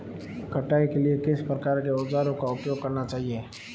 कटाई के लिए किस प्रकार के औज़ारों का उपयोग करना चाहिए?